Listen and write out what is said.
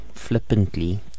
Flippantly